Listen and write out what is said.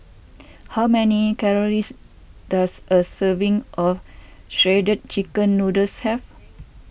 how many calories does a serving of Shredded Chicken Noodles have